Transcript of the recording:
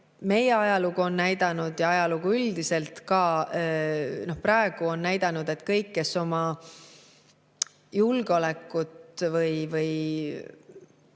meie ajalugu on näidanud ja ajalugu üldiselt, ka praegu on näidanud, et kõik, kes oma julgeoleku või